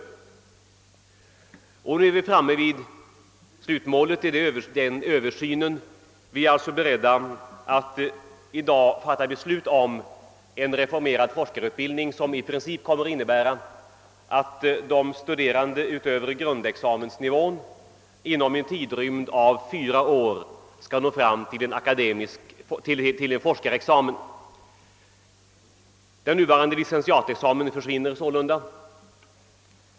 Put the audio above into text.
Vi har nu kommit fram till slutet av denna översyn och är beredda att i dag fatta beslut om en reformerad forskarutbildning, som i princip innebär att de studerande inom en tidrymd av fyra år efter det de uppnått grundexamensnivån skall kunna nå fram till en forskarexamen. Den nuvarande licentiatexamen försvinner sålunda.